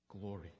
glory